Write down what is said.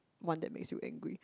one that makes you angry